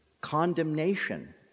condemnation